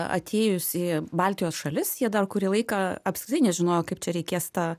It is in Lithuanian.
atėjus į baltijos šalis jie dar kurį laiką apskritai nežinojo kaip čia reikės tą